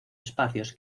espacios